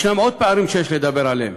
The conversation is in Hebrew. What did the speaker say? יש עוד פערים שיש לדבר עליהם.